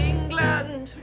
England